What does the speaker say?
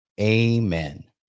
Amen